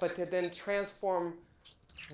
but to then transform